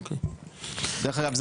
דרך אגב,